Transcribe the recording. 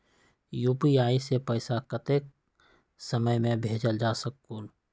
UPI से पैसा कतेक समय मे भेजल जा स्कूल?